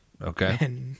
Okay